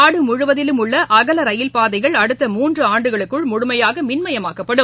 நாடு முழுவதிலும் உள்ள அகலார்ரயில் பாதைகள் அடுத்த மூன்று ஆண்டுகளுக்குள் முழுமையாக மின்மயமாக்கப்படும்